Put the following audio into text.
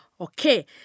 Okay